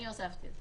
אני הוספתי.